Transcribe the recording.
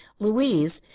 louise,